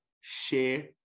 share